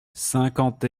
cinquante